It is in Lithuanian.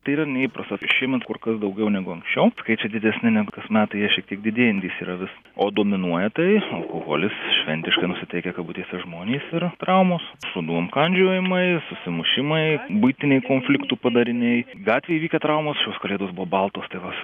tai yra neįprasta šiemet kur kas daugiau negu anksčiau skaičiai didesni negu kas metai jie šiek tiek didėjantys yra vis o dominuoja tai alkoholis šventiškai nusiteikę kabutėse žmonės ir traumos šunų apkandžiojimai susimušimai buitiniai konfliktų padariniai gatvėj įvykę traumos šios kalėdos buvo baltos tai va